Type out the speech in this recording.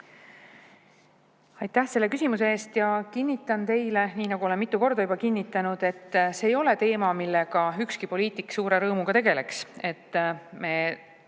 Aitäh selle küsimuse eest! Kinnitan teile, nii nagu ma olen mitu korda juba kinnitanud, et see ei ole teema, millega üks poliitik suure rõõmuga tegeleks. Me